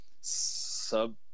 sub